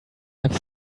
have